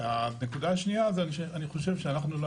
והנקודה השנייה היא שאני חושב שאנחנו המועמדים